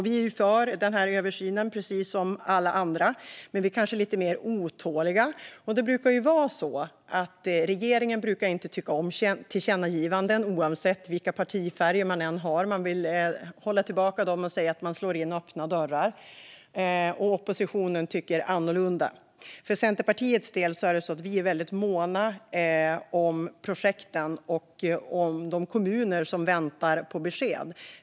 Vi är för denna översyn, precis som alla andra, men vi är kanske lite mer otåliga. Regeringen brukar inte tycka om tillkännagivanden, oavsett partifärg. Man vill hålla tillbaka dem och säger att det är att slå in öppna dörrar. Oppositionen tycker annorlunda. För Centerpartiets del är vi väldigt måna om projekten och om de kommuner som väntar på besked.